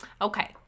Okay